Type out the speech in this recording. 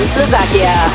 Slovakia